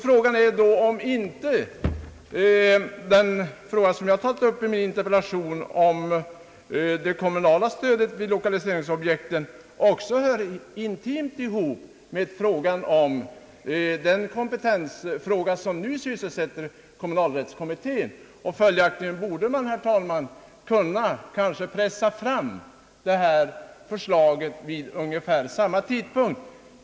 Frågan är då om inte det spörsmål som jag tagit upp i min interpellation om det kommunala stödet vid lokaliseringsobjekten också hör intimt ihop med den kompetensfråga som nu sysselsätter kommunalrättskommittén. Följaktligen borde man, herr talman, pressa fram förslaget snarast möjligt.